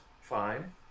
fine